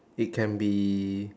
it can be